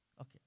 Okay